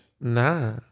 Nah